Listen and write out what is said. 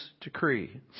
decree